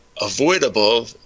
avoidable